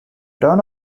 turn